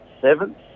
seventh